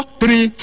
three